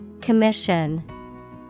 Commission